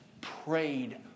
prayed